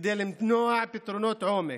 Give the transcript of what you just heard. כדי להניע פתרונות עומק,